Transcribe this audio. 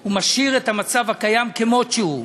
הוא משאיר את המצב הקיים כמות שהוא.